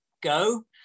go